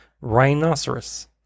Rhinoceros